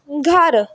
ਘਰ